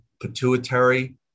pituitary